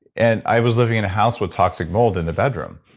and i was living in a house with toxic mold in the bedroom.